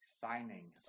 signing